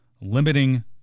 limiting